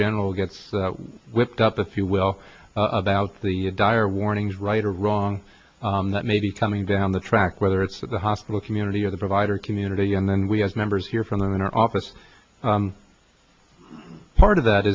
general gets whipped up if you will about the dire warnings right or wrong that may be coming down the track whether it's the hospital community or the provider community and then we as members hear from them in our office part of that